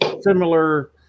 similar